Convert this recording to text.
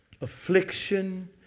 affliction